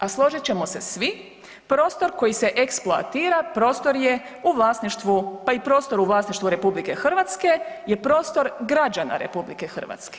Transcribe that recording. A složit ćemo se svi, prostor koji se eksploatira prostor je u vlasništvu, pa i prostor u vlasništvu RH je prostor građana RH.